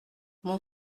mon